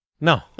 no